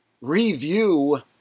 review